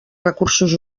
recursos